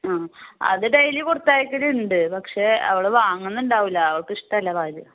അ അത് ഡെയിലി കൊടുത്തയക്കലുണ്ട് പക്ഷേ അവൾ വാങ്ങുന്നുണ്ടാവില്ല അവൾക്ക് ഇഷ്ടമല്ല പാൽ